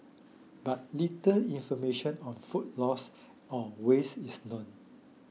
but little information on food loss or waste is known